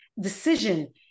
decision